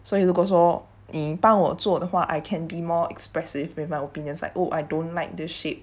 所以如果说你帮我做的话 I can be more expressive with my opinions like oh I don't like the shape